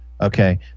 okay